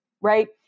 right